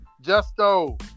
Justo